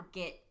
get